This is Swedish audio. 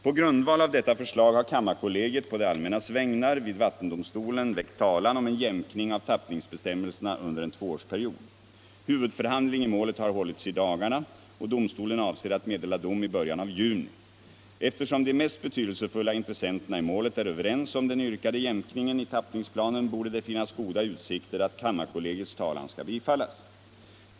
På grundval av detta förslag har kammarkollegiet på det allmännas vägnar vid vattendomstolen väckt talan om en jämkning av tappningsbestämmelserna under en tvåårsperiod. Huvudförhandling i målet har hållits i dagarna, och domstolen avser att meddela dom i början av juni. Eftersom de mest betydelsefulla intressenterna i målet är överens om den yrkade jämkningen i tappningsplanen torde det finnas goda utsikter att kammarkollegicts talan skall bifallas.